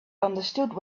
understood